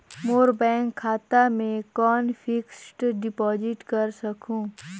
मोर bank खाता मे कौन फिक्स्ड डिपॉजिट कर सकहुं?